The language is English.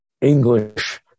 English